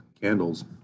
candles